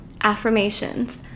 affirmations